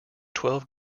twelve